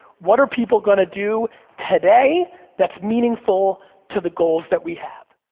what are people gonna do today that's meaningful to the goals that we have?